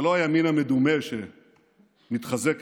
ולא הימין המדומה שמתחזה כאן,